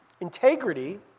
Integrity